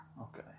Okay